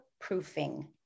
proofing